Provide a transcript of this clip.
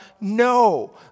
No